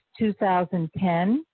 2010